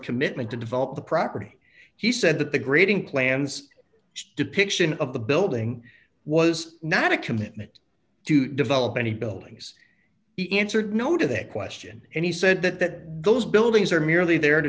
commitment to develop the property he said that the grading plans depiction of the building was not a commitment to develop any buildings he answered no to that question and he said that those buildings are merely there to